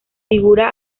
figura